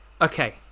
okay